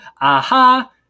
aha